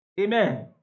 amen